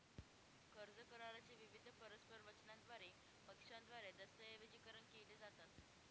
कर्ज करारा चे विविध परस्पर वचनांद्वारे पक्षांद्वारे दस्तऐवजीकरण केले जातात